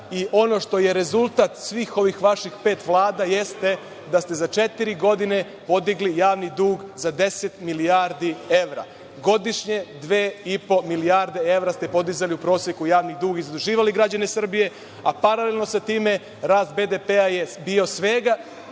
i ono što je rezultat svih ovih vaših pet vlada jeste da ste za četiri godine podigli javni dug za 10 milijardi evra, godišnje 2,5 milijarde evra ste podizali u proseku javni dug i zaduživali građane Srbije, a paralelno sa time rast BDP je bio svega